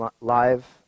live